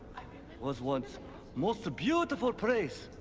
was once most beautiful place.